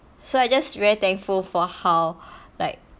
so I'm just very thankful for how like